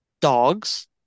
Dogs